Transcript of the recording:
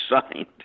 signed